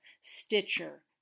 Stitcher